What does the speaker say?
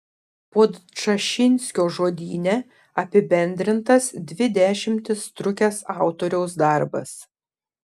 podčašinskio žodyne apibendrintas dvi dešimtis trukęs autoriaus darbas